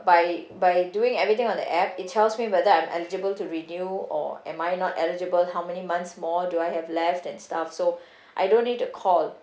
by by doing everything on the app it tells me whether I'm eligible to renew or am I not eligible how many months more do I have left and stuff so I don't need to call